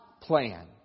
plan